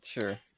Sure